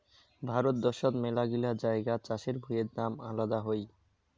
ভারত দ্যাশোত মেলাগিলা জাগায় চাষের ভুঁইয়ের আলাদা দাম হই